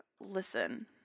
Listen